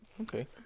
Okay